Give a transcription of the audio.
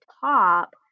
top